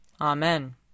Amen